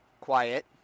quiet